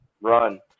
Run